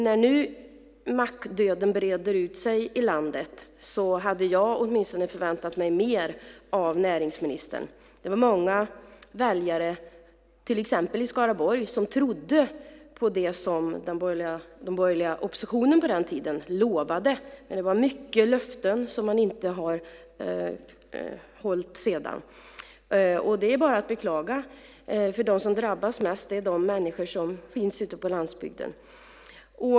När nu mackdöden breder ut sig i landet hade jag åtminstone förväntat mig mer av näringsministern. Det var många väljare, till exempel i Skaraborg, som trodde på det som den borgerliga oppositionen på den tiden lovade. Det var mycket löften, som de sedan inte har hållit. Det är bara att beklaga, för de som drabbas mest är de människor som nu finns ute på landsbygden.